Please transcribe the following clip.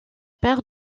père